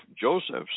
Joseph's